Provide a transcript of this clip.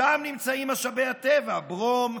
שם נמצאים משאבי הטבע, ברום,